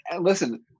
listen